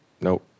nope